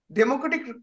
democratic